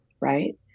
right